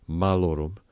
malorum